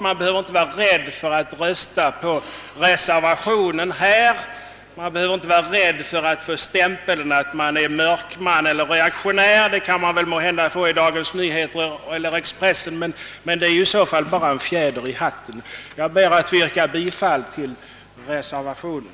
Om man röstar för reservationen, behöver man inte frukta att få stämpeln på sig att vara mörkman eller reaktionär — måhända kan man bli utsatt för detta i Dagens Nyheter eller i Expressen, men det är i så fall bara en fjäder i hatten. Jag ber att få yrka bifall till reservationen.